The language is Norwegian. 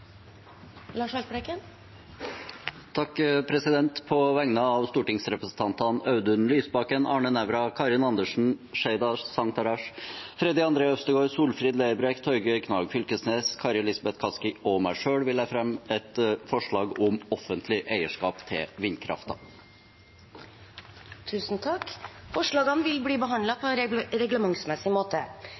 På vegne av stortingsrepresentantene Audun Lysbakken, Arne Nævra, Karin Andersen, Sheida Sangtarash, Freddy André Øvstegård, Solfrid Lerbrekk, Torgeir Knag Fylkesnes, Kari Elisabeth Kaski og meg selv vil jeg fremme et forslag om offentlig eierskap til vindkraften. Forslagene vil bli behandlet på reglementsmessig måte.